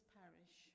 parish